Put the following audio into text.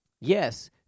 Yes